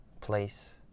place